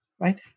Right